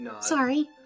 Sorry